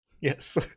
Yes